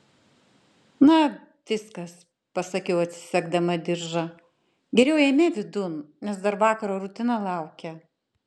na viskas pasakiau atsisegdama diržą geriau eime vidun nes dar vakaro rutina laukia